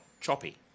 choppy